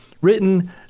Written